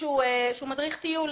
שהוא מדריך טיול.